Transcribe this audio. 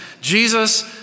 Jesus